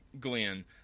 Glenn